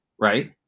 right